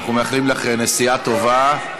אנחנו מאחלים לך נסיעה טובה.